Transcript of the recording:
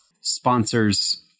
sponsors